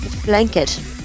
Blanket